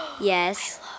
Yes